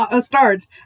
starts